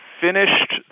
finished